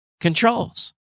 controls